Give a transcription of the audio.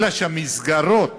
אלא שהמסגרות